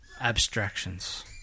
Abstractions